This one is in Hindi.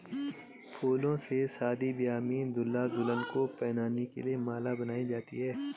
फूलों से शादी ब्याह में दूल्हा दुल्हन को पहनाने के लिए माला बनाई जाती है